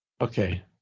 Okay